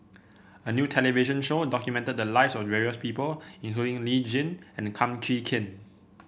a new television show documented the lives of various people Lee Tjin and Kum Chee Kin